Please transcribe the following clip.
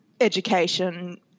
education